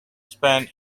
spent